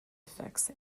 effects